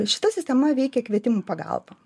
šita sistema veikia kvietimų pagalba